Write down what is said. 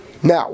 Now